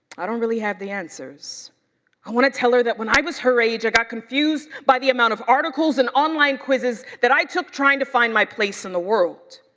i don't really have the answers i want to tell her that when i her age i got confused by the amount of articles and online quizzes that i took trying to find my place in the world.